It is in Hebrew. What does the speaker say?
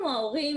אנחנו ההורים,